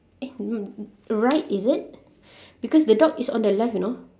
eh mm right is it because the dog is on the left you know